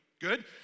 Good